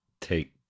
take